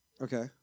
Okay